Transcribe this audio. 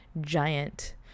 giant